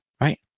right